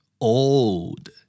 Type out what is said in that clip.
old